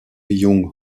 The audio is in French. young